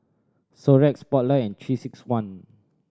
Xorex Spotlight and Three Six One